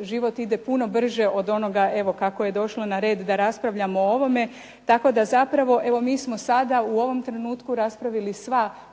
život ide puno brže od onoga evo kako je došlo na red da raspravljamo o ovome, tako da zapravo evo mi smo sada u ovom trenutku raspravili sva poglavlja